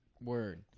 word